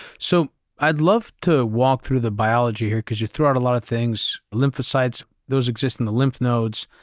so i'd love to walk through the biology here because you throw out a lot of things, lymphocytes, those exist in the lymph nodes.